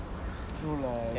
true lah if you think